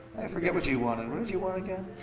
i forget what you wanted. what did you want again?